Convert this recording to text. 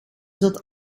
zat